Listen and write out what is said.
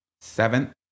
seventh